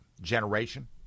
generation